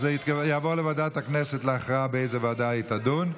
אז זה יעבור לוועדת הכנסת להכרעה באיזו ועדה היא תידון.